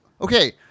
Okay